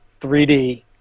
3D